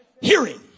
Hearing